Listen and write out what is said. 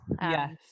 Yes